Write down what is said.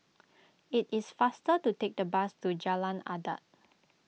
it is faster to take the bus to Jalan Adat